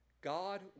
God